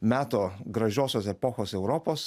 meto gražiosios epochos europos